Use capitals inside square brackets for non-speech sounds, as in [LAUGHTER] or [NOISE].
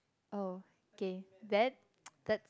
oh k that [NOISE] that's